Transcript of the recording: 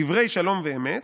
"דברי שלום ואמת"